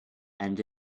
and